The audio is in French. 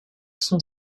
son